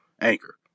Anchor